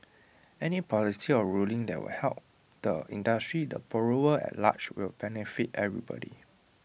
any policy or ruling that will help the industry the borrower at large will benefit everybody